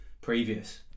previous